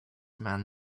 man